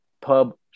pub